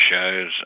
shows